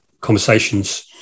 conversations